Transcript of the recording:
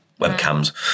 webcams